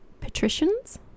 patricians